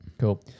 Cool